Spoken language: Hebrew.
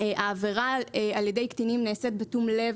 העבירה על ידי קטינים נעשית בתום לב,